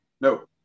No